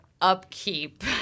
upkeep